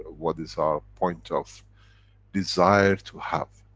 what is our point of desire to have.